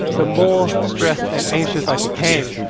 the more stressed and anxious i became.